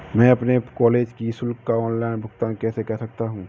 मैं अपने कॉलेज की शुल्क का ऑनलाइन भुगतान कैसे कर सकता हूँ?